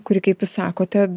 kuri kaip jūs sakote